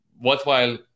worthwhile